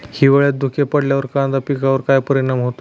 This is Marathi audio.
हिवाळ्यात धुके पडल्यावर कांदा पिकावर काय परिणाम होतो?